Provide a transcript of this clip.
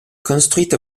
construite